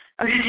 Okay